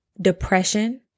depression